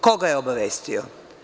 Ko ga je obavestio?